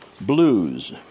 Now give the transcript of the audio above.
Blues